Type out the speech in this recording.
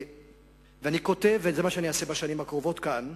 אני כותב, ומה שאני אעשה בשנים הקרובות כאן,